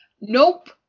Nope